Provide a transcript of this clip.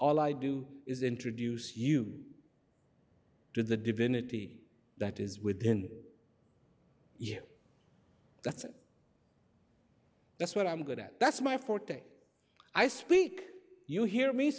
all i do is introduce you to the divinity that is within you that's and that's what i'm good at that's my forte i speak you hear me